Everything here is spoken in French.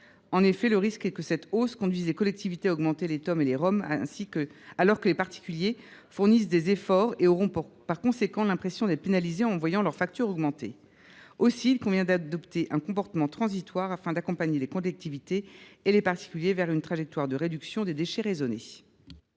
redevances d’enlèvement des ordures ménagères (Reom) alors que les particuliers fournissent des efforts et auront par conséquent l’impression d’être pénalisés en voyant leur facture augmenter. Aussi, il convient d’adopter un comportement transitoire, afin d’accompagner les collectivités et les particuliers vers une trajectoire de réduction des déchets raisonnée.